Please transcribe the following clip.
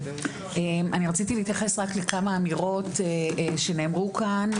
אני רציתי להתייחס רק לכמה אמירות שנאמרו כאן,